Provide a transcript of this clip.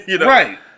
Right